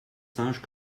singes